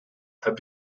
have